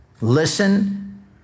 listen